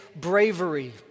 bravery